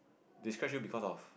they scratch you because of